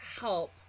help